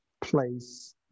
place